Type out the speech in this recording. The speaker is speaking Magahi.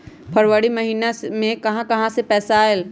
फरवरी महिना मे कहा कहा से पैसा आएल?